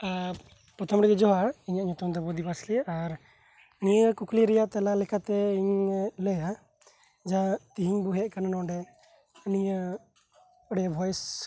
ᱯᱨᱚᱛᱷᱚᱢ ᱨᱮᱜᱮ ᱡᱚᱦᱟᱨ ᱤᱧᱟᱹᱜ ᱧᱩᱛᱩᱢ ᱫᱚ ᱵᱳᱫᱤ ᱵᱟᱥᱠᱤ ᱱᱤᱭᱟᱹ ᱠᱩᱠᱞᱤ ᱨᱮᱭᱟᱜ ᱛᱮᱞᱟ ᱞᱮᱠᱟᱛᱮ ᱤᱧᱤᱧ ᱞᱟᱹᱭᱟ ᱡᱟᱦᱟᱸ ᱛᱤᱦᱤᱧ ᱵᱚ ᱦᱮᱡ ᱟᱠᱟᱱ ᱱᱚᱸᱰᱮ